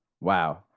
Wow